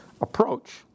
approach